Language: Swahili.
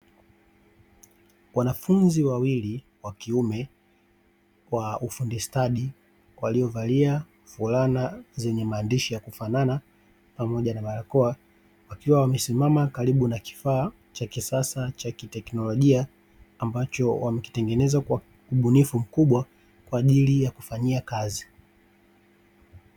Wanafunzi wawili wa kiume wa ufundi stadi waliovalia fulana zenye maandishi ya kufanana pamoja na barakoa, wakiwa wamesimama karibu na kifaa cha kisasa cha kiteknolojia ambacho wamekitenegeneza kwa ubunifu mkubwa kwa ajili ya kufanyia kazi.